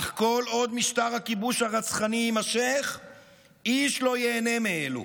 אך כל עוד משטר הכיבוש הרצחני יימשך איש לא ייהנה מאלו.